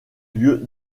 lieux